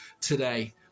today